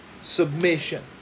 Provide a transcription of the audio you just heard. submission